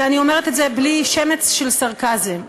ואני אומרת את זה בלי שמץ של סרקזם,